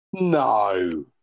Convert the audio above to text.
No